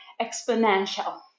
exponential